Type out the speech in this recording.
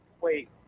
Wait